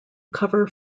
cover